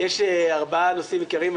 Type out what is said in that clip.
יש ארבעה נושאים עיקריים,